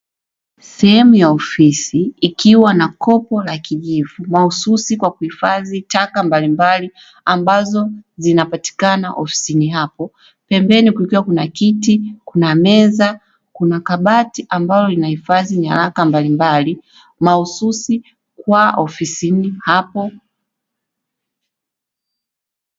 Sehemu ya ufisi ikiwa na kopo la kijivu, mahususi kwa kuhifadhi taka mbalimbali ambazo zinapatikana ofisini hapo. Pembeni kulikuwa kuna kiti, kuna meza, kuna kabati, ambalo linahifadhi nyaraka mbalimbali mahususi kwa ofisini hapo.